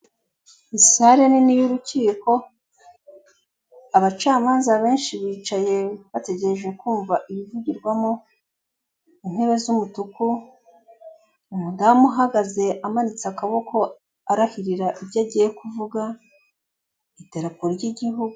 Sale nini yurukiko abacamanza benshi bicaye bategereje kumva ibivugirwamo intebe z'umutuku umudamu uhagaze amanitse akaboko arahirira ibyo agiye kuvuga ku idarapo rw'igihugu.